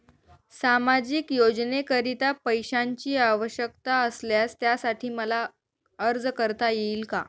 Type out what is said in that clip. सामाजिक योजनेकरीता पैशांची आवश्यकता असल्यास त्यासाठी मला अर्ज करता येईल का?